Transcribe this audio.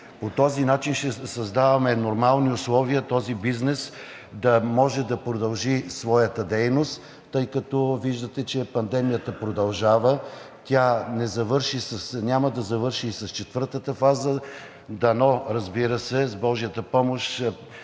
По този начин ще създадем нормални условия този бизнес да може да продължи своята дейност, тъй като виждате, че пандемията продължава. Тя няма да завърши и с четвъртата фаза. Дано, разбира се, с божията помощ,